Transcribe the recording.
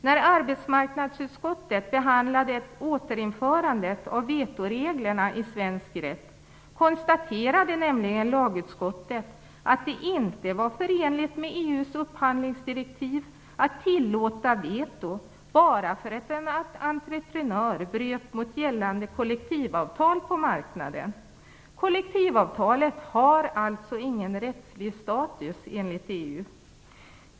När arbetsmarknadsutskottet behandlade återinförandet av vetoreglerna i svensk rätt konstaterade nämligen lagutskottet att det inte var förenligt med EU:s upphandlingsdirektiv att tillåta veto bara för att en entreprenör bröt mot gällande kollektivavtal på marknaden. Kollektivavtalet har alltså ingen rättslig status enligt EU.